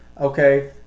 okay